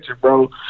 bro